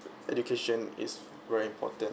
education is very important